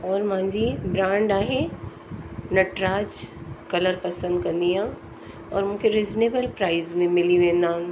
और मुंहिंजी ब्रांड आहे नटराज कलर पसंदि कंदी आहियां और मूंखे रीजनेबल प्राइज़ में मिली वेंदा आहिनि